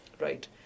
Right